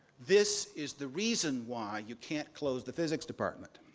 this is the reason why you can't close the physics department.